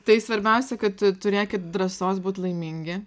tai svarbiausia kad turėkit drąsos būt laimingi